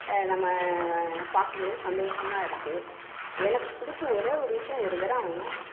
நம்ம பார்க்கும் பொழுது சந்தோஷமாக இருக்கும் எனக்கு பிடிச்ச ஒரே ஒரு விஷயம் ஒரு தரோம்